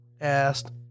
asked